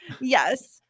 yes